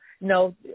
No